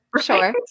sure